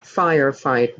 firefight